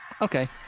Okay